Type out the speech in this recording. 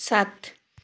सात